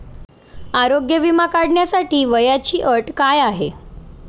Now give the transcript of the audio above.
आरोग्य विमा काढण्यासाठी वयाची अट काय आहे?